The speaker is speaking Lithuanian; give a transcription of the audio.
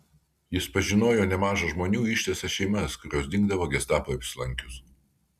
jis pažinojo nemaža žmonių ištisas šeimas kurios dingdavo gestapui apsilankius